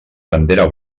bandera